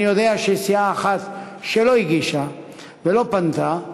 אני יודע שיש סיעה אחת שלא הגישה ולא פנתה,